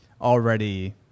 already